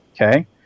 okay